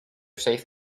safe